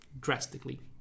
drastically